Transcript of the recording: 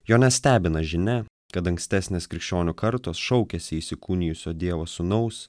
jo nestebina žinia kad ankstesnės krikščionių kartos šaukėsi įsikūnijusio dievo sūnaus